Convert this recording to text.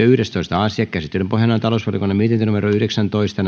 yhdestoista asia käsittelyn pohjana on talousvaliokunnan mietintö yhdeksäntoista